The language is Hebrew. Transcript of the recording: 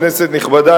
כנסת נכבדה,